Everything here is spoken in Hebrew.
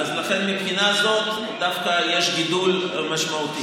לכן מבחינה זאת דווקא יש גידול משמעותי.